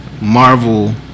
Marvel